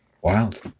Wild